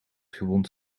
gewond